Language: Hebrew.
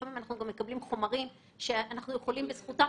לפעמים אנחנו מקבלים גם חומרים שאנחנו יכולים בזכותם